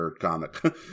comic